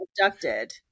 abducted